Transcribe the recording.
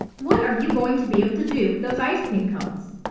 what are you going to be able to do with those ice cream cones?